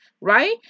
right